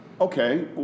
Okay